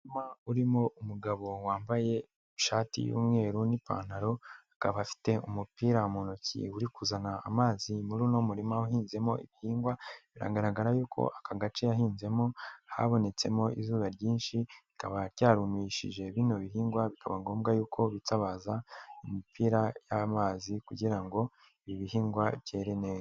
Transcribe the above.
Umurimma urimo umugabo wambaye ishati y'umweru, ni'pantaro akaba afite umupira mu ntoki uri kuzana amazikuru n'umurima uhinzemo ibihingwa biragaragara yuko aka gace yahinzemo habonetsemo izuba ryinshi rikaba ryarumishije bino bihingwa bikaba ngombwa yuko bitabaza imipira y'amazi kugira ngo ibihingwa byere neza.